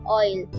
oil